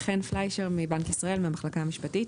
שמי חן פליישר, מבנק ישראל, מהמחלקה המשפטית.